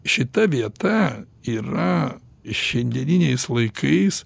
šita vieta yra šiandieniniais laikais